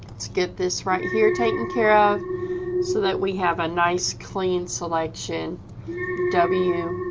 let's get this right here taken care of so that we have a nice clean selection w